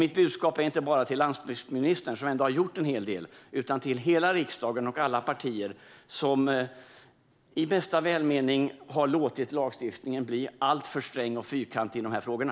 Mitt budskap är inte bara till landsbygdsministern, som ändå har gjort en hel del, utan till hela riksdagen och alla partier som i all välmening har låtit lagstiftningen bli alltför sträng och fyrkantig i de här frågorna.